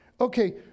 okay